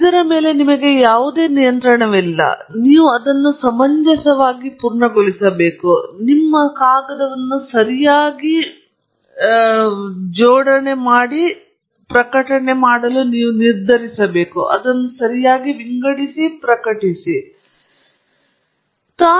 ಆದ್ದರಿಂದ ನಿಮಗೆ ಯಾವುದೇ ನಿಯಂತ್ರಣವಿಲ್ಲ ಆದ್ದರಿಂದ ನೀವು ಅದನ್ನು ಸಮಂಜಸವಾಗಿ ಪೂರ್ಣಗೊಳಿಸಬೇಕು ನೀವು ಕಾಗದವನ್ನು ಪಿಚ್ ಮಾಡುತ್ತಿದ್ದೀರಿ ಮತ್ತು ಅದನ್ನು ಸರಿಯಾಗಿ ಮಾಡಬೇಕೆಂದು ನಿರ್ಧರಿಸಲು ನೀವು ವಿಂಗಡಿಸಬೇಕು